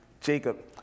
Jacob